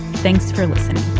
thanks for listening